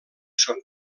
són